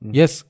Yes